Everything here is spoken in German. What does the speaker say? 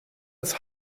als